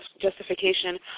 justification